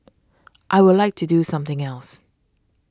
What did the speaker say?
I would like to do something else